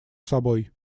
собой